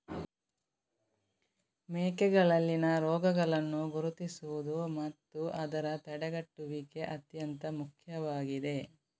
ಮೇಕೆಗಳಲ್ಲಿನ ರೋಗಗಳನ್ನು ಗುರುತಿಸುವುದು ಮತ್ತು ಅದರ ತಡೆಗಟ್ಟುವಿಕೆ ಅತ್ಯಂತ ಮುಖ್ಯವಾಗಿದೆ